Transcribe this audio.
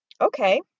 Okay